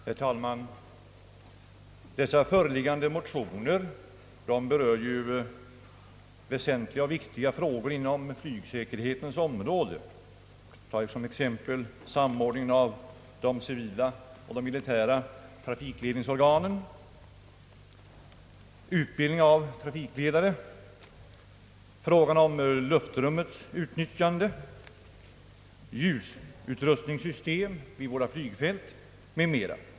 Herr talman! De föreliggande motionerna berör ju väsentliga och viktiga frågor inom flygsäkerhetens område. Jag tar såsom exempel samordningen av de civila och militära trafikledningssystemen, utbildningen av trafikledare, frågan om luftrummets utnyttjande och ljusutrustningssystemen vid våra flygfält.